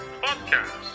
podcast